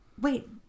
Wait